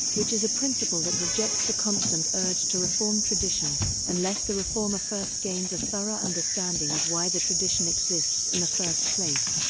which is a principle that rejects the constant urge to reform tradition unless the reformer first gains a thorough understanding of why the tradition exists in the first place.